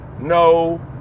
no